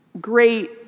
great